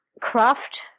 craft